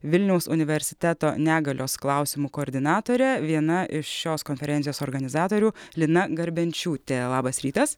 vilniaus universiteto negalios klausimų koordinatorė viena iš šios konferencijos organizatorių lina garbenčiūtė labas rytas